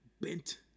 Bent